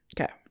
Okay